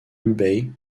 hubei